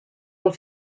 pel